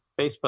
Facebook